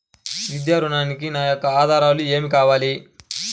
విద్యా ఋణంకి నా యొక్క ఆధారాలు ఏమి కావాలి?